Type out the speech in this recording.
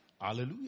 Hallelujah